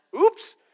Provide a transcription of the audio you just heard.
Oops